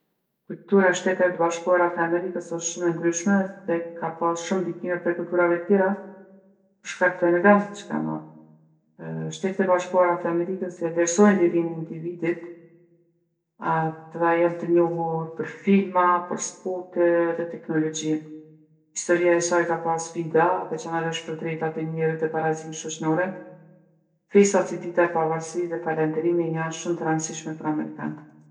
Kultura e Shteteve të Bashkuara të Amerikës është shumë e ndryshme se ka pasë shumë ndikime prej kulturave tjera për shkak të imigrantve që kanë ardhë. Shtetet e Bashkuara të Amerikës e vlersojnë lirinë e individit. Ata janë të njohur për filma, për sporte edhe teknologji. Historia e saj ka pasë sfida, veçanarisht për drejtat e njeriut e barazinë shoqnore. Festat si dita e pavarësisë dhe falenderimi janë shumë të randsishme për amerikantë.